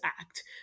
act